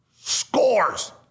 scores